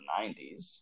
90s